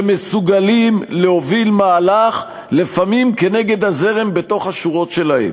שמסוגלים להוביל מהלך לפעמים כנגד הזרם בתוך השורות שלהם.